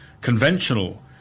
conventional